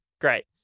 Great